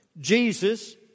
Jesus